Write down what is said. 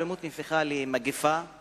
האלימות הפכה למגפה,